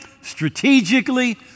strategically